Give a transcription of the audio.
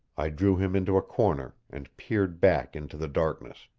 i drew him into a corner, and peered back into the darkness.